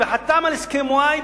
וחתם על הסכם-וואי,